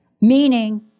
meaning